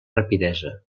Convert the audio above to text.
rapidesa